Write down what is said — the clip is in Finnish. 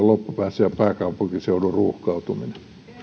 loppupäässä ja pääkaupunkiseudun ruuhkautuminen